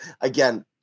again